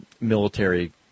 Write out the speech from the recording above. military